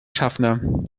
schaffner